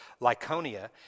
Lyconia